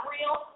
Real